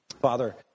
father